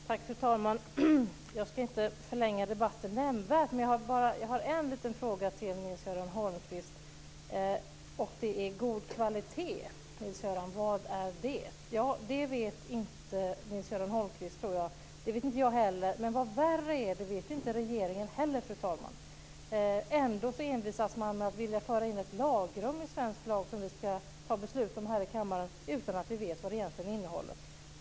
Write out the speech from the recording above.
Fru talman! Jag ska inte förlänga debatten nämnvärt. Jag har en liten fråga till Nils-Göran Holmqvist. Det gäller god kvalitet. Vad är det, Nils-Göran Holmqvist? Jag tror inte att Nils-Göran Holmqvist vet det, och det vet inte jag heller. Vad värre är, fru talman: Det vet inte heller regeringen. Ändå envisas man med att införa ett lagrum i svensk lag som vi ska fatta beslut om här i kammaren utan att vi vet vad det egentligen innehåller.